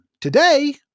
Today